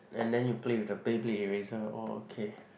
and then you play with the Bayblade eraser oh okay